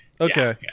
okay